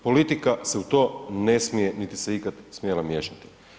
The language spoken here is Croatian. Politika se u to ne smije, niti se ikad smjela miješati.